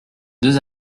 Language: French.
deux